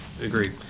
agreed